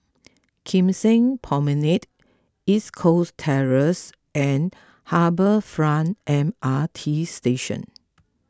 Kim Seng Promenade East Coast Terrace and Harbour Front M R T Station